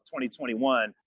2021